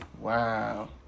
Wow